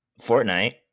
Fortnite